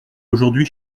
aujourd’hui